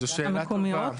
זו שאלה טובה.